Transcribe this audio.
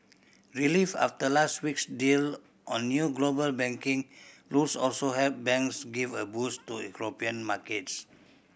relief after last week's deal on new global banking rules also helped banks give a boost to European markets